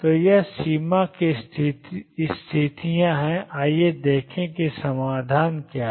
तो ये सीमा हैं स्थितियों आइए देखें कि समाधान क्या है